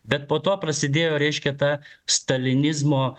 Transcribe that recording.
bet po to prasidėjo reiškia ta stalinizmo